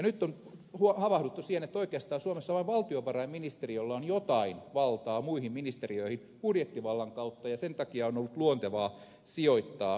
nyt on havahduttu siihen että oikeastaan suomessa on vain valtiovarainministeriö jolla on jotain valtaa muihin ministeriöihin budjettivallan kautta ja sen takia on ollut luontevaa sijoittaa se sinne